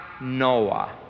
Noah